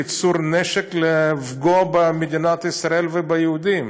לייצור נשק כדי לפגוע במדינת ישראל וביהודים.